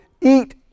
eat